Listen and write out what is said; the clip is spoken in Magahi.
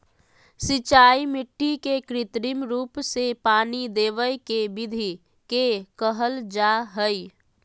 सिंचाई मिट्टी के कृत्रिम रूप से पानी देवय के विधि के कहल जा हई